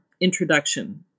introduction